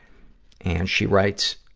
and she writes,